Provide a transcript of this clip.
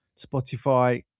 Spotify